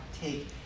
take